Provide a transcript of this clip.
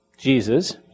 Jesus